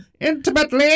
intimately